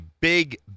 big